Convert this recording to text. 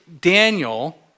Daniel